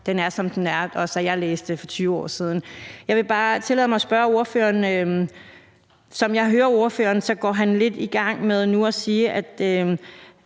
Den er, som den er, også som da jeg læste den for 20 år siden. Jeg vil bare tillade mig at spørge ordføreren noget. Som jeg hører ordføreren, går han lidt i gang med nu at sige, at